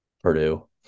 Purdue